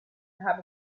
have